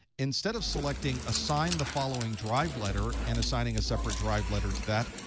instead of selecting assign the following drive letter, and assigning a separate drive letter to that,